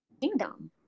Kingdom